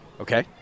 Okay